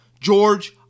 George